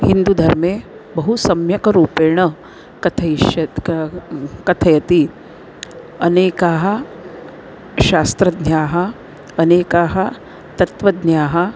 हिन्दुधर्मे बहु सम्यक् रूपेण कथयिष्यति कं कथयति अनेकाः शास्त्रज्ञाः अनेकाः तत्वज्ञाः